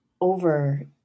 over